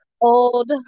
old